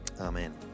Amen